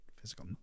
Physical